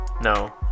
No